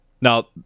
Now